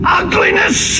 ugliness